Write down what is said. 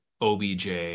OBJ